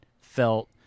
felt